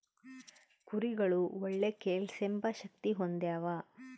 ಕುರಿಗುಳು ಒಳ್ಳೆ ಕೇಳ್ಸೆಂಬ ಶಕ್ತಿ ಹೊಂದ್ಯಾವ